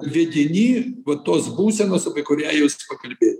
vedini va tos būsenos apie kurią jūs pakalbėjot